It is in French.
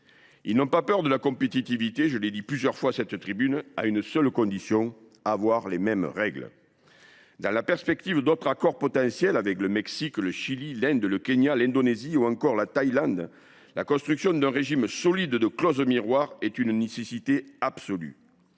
Ils n’ont pas peur de la compétitivité – je l’ai déjà dit à cette tribune –, à la condition que les mêmes règles s’imposent à tous. Dans la perspective d’autres accords potentiels avec le Mexique, le Chili, l’Inde, le Kenya, l’Indonésie ou encore la Thaïlande, la construction d’un régime solide de clauses miroirs est une nécessité absolue.